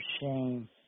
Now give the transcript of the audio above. shame